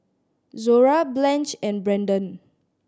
Zora Blanch and Branden